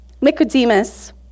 Nicodemus